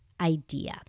idea